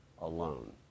alone